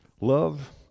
love